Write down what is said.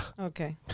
Okay